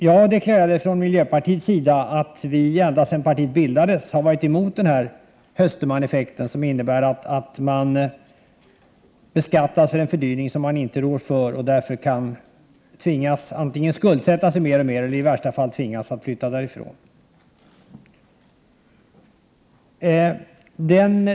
Vi har från miljöpartiets sida ända sedan partiet bildades varit emot den här ”Höstermaneffekten”, dvs. att man beskattas för en fördyring som man själv inte har bidragit till och att detta leder till att man tvingas antingen att skuldsätta sig alltmer eller att i värsta fall flytta från fastigheten.